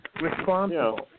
Responsible